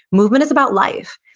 movement is about life,